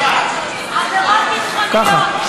ככה.